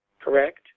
Correct